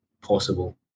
possible